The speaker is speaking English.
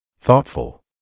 thoughtful